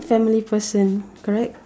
family person correct